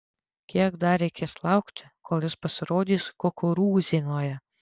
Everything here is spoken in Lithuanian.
kiek dar reikės laukti kol jis pasirodys kukurūzienoje